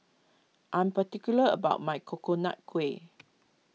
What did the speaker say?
I am particular about my Coconut Kuih